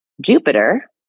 Jupiter